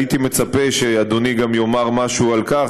הייתי מצפה שאדוני גם יאמר משהו על כך